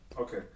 Okay